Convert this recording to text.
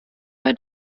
bei